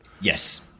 Yes